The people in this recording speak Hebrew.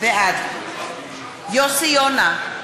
בעד יוסי יונה,